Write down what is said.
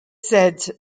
said